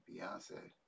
Beyonce